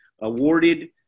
awarded